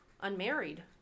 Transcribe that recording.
unmarried